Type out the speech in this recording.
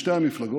משתי המפלגות,